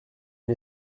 une